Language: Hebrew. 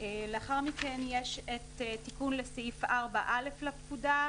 לאחר מכן יש הוספת סעיף 4ב לפקודה.